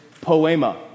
poema